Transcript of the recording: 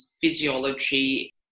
physiology